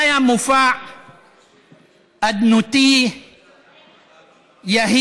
זה היה מופע אדנותי, יהיר,